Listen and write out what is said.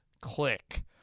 click